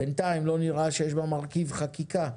בינתיים לא נראה שיש בה מרכיב חקיקה,